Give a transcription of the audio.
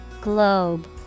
Globe